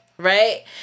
Right